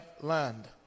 land